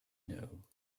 know